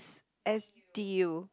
S_T_U